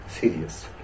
serious